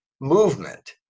movement